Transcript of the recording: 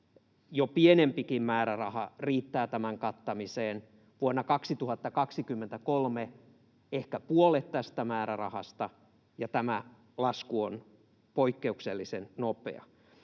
jo pienempikin määräraha riittää tämän kattamiseen, vuonna 2023 ehkä puolet tästä määrärahasta, ja tämä lasku on poikkeuksellisen nopea.